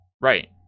Right